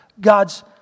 God's